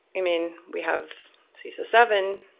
i mean, we have cesa seven,